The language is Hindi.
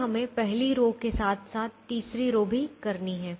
फिर हमें पहली रो के साथ साथ तीसरी रो भी करनी है